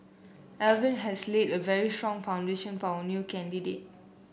Alvin has laid a very strong foundation for our new candidate